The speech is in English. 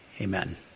Amen